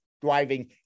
driving